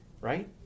Right